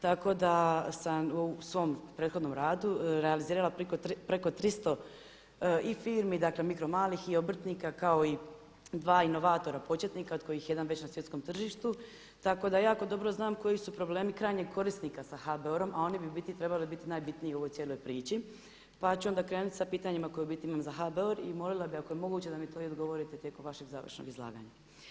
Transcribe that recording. Tako da sam u svom prethodnom radu realizirala preko 300 i firmi, dakle mikro malih i obrtnika kao i dva inovatora početnika od kojih jedan već na svjetskom tržištu tako da jako dobro znam koji su problemi krajnjeg korisnika sa HBOR-om a oni bi u biti trebali biti najbitniji u ovoj cijeloj priči, pa ću onda krenuti da pitanjima koje ubiti imam za HBOR i molila bih ako je moguće da mi to i odgovorite tijekom vašeg završnog izlaganja.